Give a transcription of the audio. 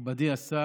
מכובדי השר,